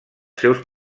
seus